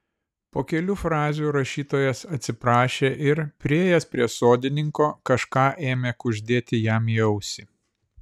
po kelių frazių rašytojas atsiprašė ir priėjęs prie sodininko kažką ėmė kuždėti jam į ausį